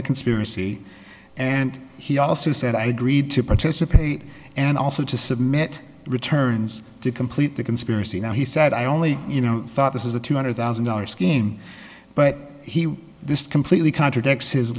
the conspiracy and he also said i agreed to participate and also to submit returns to complete the conspiracy now he said i only you know thought this is a two hundred thousand dollars skin but he this completely contradicts his